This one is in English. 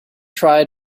try